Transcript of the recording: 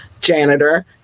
janitor